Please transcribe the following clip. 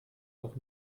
auch